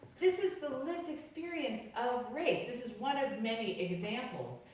this is the lived experience of race. this is one of many examples.